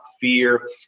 fear